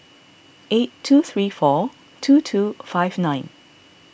eight two three four two two five nine